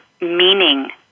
meaning